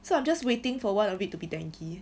so I'm just waiting for one of it to be dengue